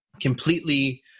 completely